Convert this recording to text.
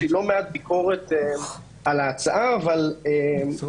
יש לי לא מעט ביקורת על ההצעה אבל שוב,